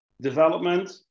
development